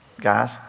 guys